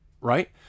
right